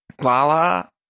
Lala